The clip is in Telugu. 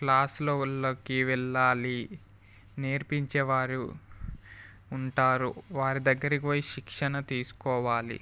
క్లాసులల్లోకి వెళ్ళాలి నేర్పించేవారు ఉంటారు వారి దగ్గరికి పోయి శిక్షణ తీసుకోవాలి